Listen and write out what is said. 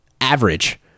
average